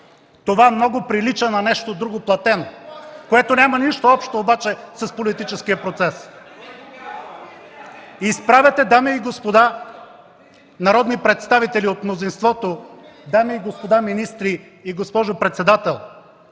Това много прилича на нещо друго платено, което няма нищо общо обаче с политическия процес. (Шум и реплики от ГЕРБ.) И страната, дами и господа народни представители от мнозинството, дами и господа министри и госпожо председател,